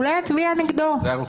הוא לא יצביע נגדו.